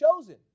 chosen